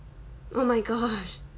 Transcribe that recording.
oh my gosh